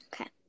Okay